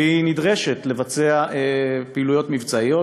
והיא נדרשה לבצע פעילות מבצעית.